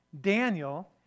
Daniel